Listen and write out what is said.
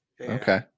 Okay